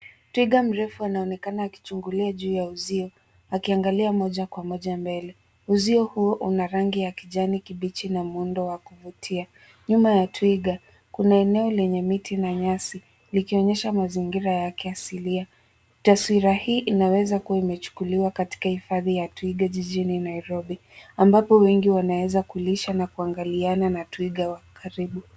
Twiga mrefu anaonekana akichungulia juu ya uzio, akiangalia moja kwa moja mbele. Uzio huu una rangi ya kijani kibichi na muundo wa kuvutia. Nyuma ya twiga kuna eneo lenye miti na nyasi, likionyesha mazingira yake asilia. Taswira hii inaweza kuwa imechukuliwa katika hifadhi ya twiga jijini Nairobi, ambapo wengi wanaeza kulisha na kuangaliana na twiga wa karibu.